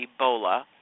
Ebola